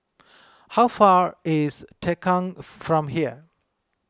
how far is Tongkang from here